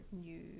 new